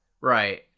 Right